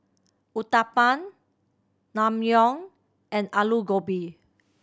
Uthapam Naengmyeon and Alu Gobi